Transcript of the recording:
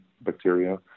bacteria